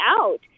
out